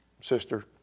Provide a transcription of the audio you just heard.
sister